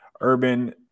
Urban